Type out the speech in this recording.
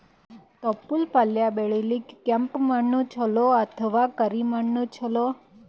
ತೊಪ್ಲಪಲ್ಯ ಬೆಳೆಯಲಿಕ ಕೆಂಪು ಮಣ್ಣು ಚಲೋ ಅಥವ ಕರಿ ಮಣ್ಣು ಚಲೋ?